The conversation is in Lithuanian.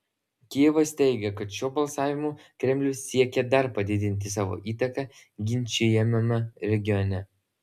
kijevas teigia kad šiuo balsavimu kremlius siekė dar padidinti savo įtaką ginčijamame regione